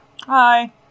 Hi